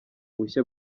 bushya